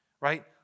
Right